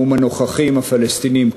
המשא-ומתן הנוכחי עם הפלסטינים,